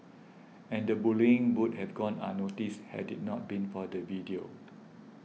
and the bullying would have gone unnoticed had it not been for the video